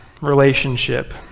relationship